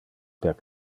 per